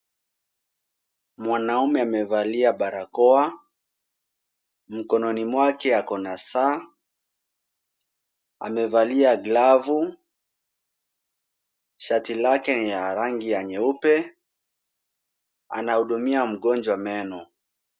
Mwanaume amevalia barakoa. Mkononi mwake ako na saa. Amevalia glavu. Shati lake ni ya rangi ya nyeupe. Anahudumia mgonjwa meno.